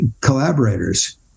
collaborators